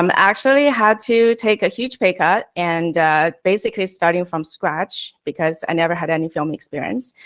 um actually had to take a huge pay cut and basically starting from scratch, because i never had any film experience,